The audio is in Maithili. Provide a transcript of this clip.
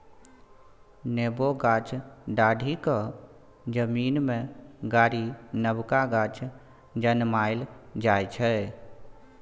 नेबो गाछक डांढ़ि केँ जमीन मे गारि नबका गाछ जनमाएल जाइ छै